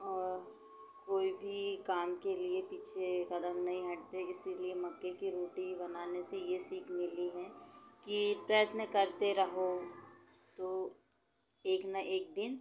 और कोई भी काम के लिए पीछे कदम नहीं हटते इसलिए मक्के की रोटी बनाने से ये सीख मिली है कि प्रयत्न करते रहो तो एक न एक दिन